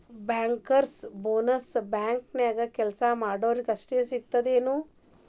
Bankers bonus ಬ್ಯಾಂಕ್ನ್ಯಾಗ್ ಕೆಲ್ಸಾ ಮಾಡೊರಿಗಷ್ಟ ಸಿಗ್ತದೇನ್?